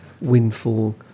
windfall